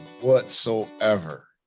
whatsoever